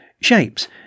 shapes